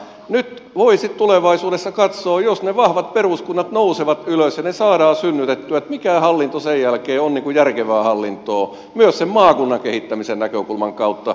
nyt voisi tulevaisuudessa katsoa jos ne vahvat peruskunnat nousevat ylös ja ne saadaan synnytettyä mikä hallinto sen jälkeen on järkevää hallintoa myös sen maakunnan kehittämisen näkökulman kautta